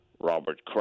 Robert